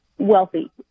wealthy